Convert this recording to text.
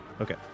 Okay